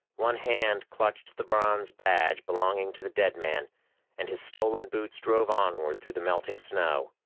one hand clutched the bronze badge belonging to the dead man and his stolen boots drove onward through the melting snow.